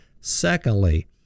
Secondly